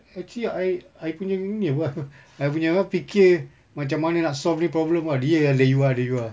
actually I I punya ini apa I punya fikir macam mana nak solve ini problem ah dia yang there you are there you are